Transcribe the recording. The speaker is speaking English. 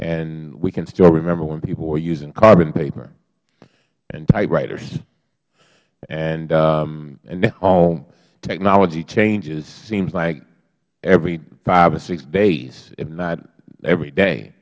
and we can still remember when people were using carbon paper and typewriters and now all technology changes seems like every five or six days if not every day